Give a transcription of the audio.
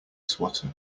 swatter